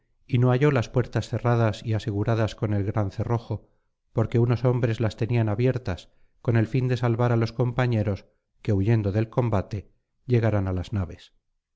y no halló las puertas cerradas y aseguradas con el gran cerrojo porque unos hombres las tenían abiertas con el fin de salvar á los compañeros que huyendo del combate llegaran á las naves